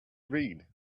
read